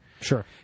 Sure